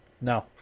No